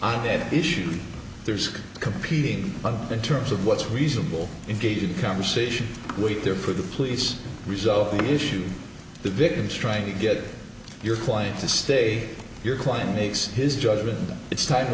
on that issue there's competing in terms of what's reasonable in gated conversation wait there for the police resolve the issue the victim's trying to get your client to stay your client makes his judgement it's time to